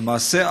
למעשה,